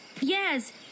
yes